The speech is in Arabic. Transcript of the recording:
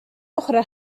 أخرى